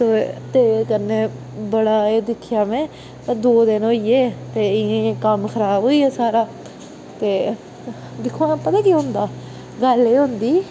ते कन्नै बड़ा एह् दिक्खेआ में दो दिन होई गे ते इयां इयां कम्म खराब होई गेआ सारा ते दिक्खो हां पता केह् होंदा ऐ गल्ल एह् होंदी